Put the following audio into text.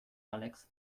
alex